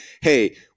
hey